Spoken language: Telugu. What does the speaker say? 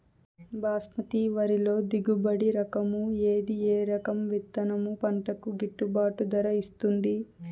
బాస్మతి వరిలో దిగుబడి రకము ఏది ఏ రకము విత్తనం పంటకు గిట్టుబాటు ధర ఇస్తుంది